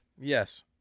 Yes